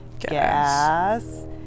gas